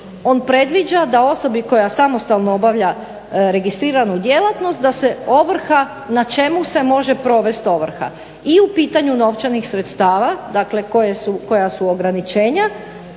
on predviđa da osobi koja samostalno obavlja registriranu djelatnost da se ovrha na čemu se može provesti ovrha. I u pitanju novčanih sredstava dakle koja su ograničenja